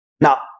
Now